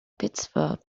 pittsburgh